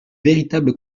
véritable